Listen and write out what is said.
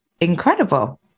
incredible